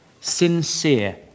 Sincere